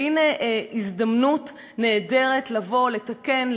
והנה הזדמנות נהדרת לבוא לתקן,